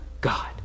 God